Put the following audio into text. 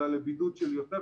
אלא לבידוד קצר יותר?